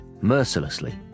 mercilessly